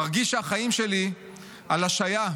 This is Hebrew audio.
מרגיש שהחיים שלי על השהיה,